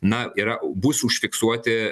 na yra bus užfiksuoti